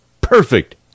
perfect